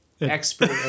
expert